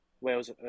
Wales